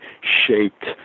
shaped